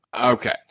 Okay